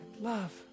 love